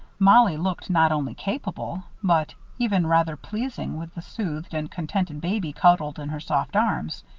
mollie looked not only capable, but even rather pleasing with the soothed and contented baby cuddled in her soft arms.